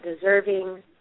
deserving